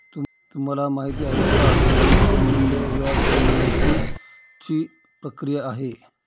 तुम्हाला माहिती आहे का? भविष्य मूल्य व्याज कमावण्याची ची प्रक्रिया आहे